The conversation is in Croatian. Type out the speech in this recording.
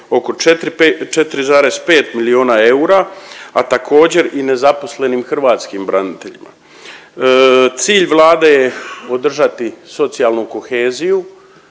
pet, 4,5 miliona eura, a također i nezaposlenim hrvatskim braniteljima. Cilj Vlade je održati socijalnu koheziju,